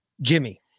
Jimmy